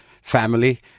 family